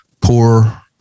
poor